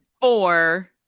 Four